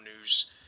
news